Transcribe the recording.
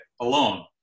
alone